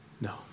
No